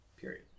Period